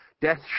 Death